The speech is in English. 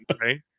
right